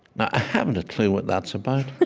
now, i haven't a clue what that's about